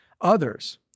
others